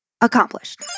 accomplished